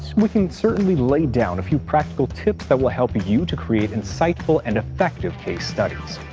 we can certainly lay down a few practical tips that will help you to create insightful and effective case studies.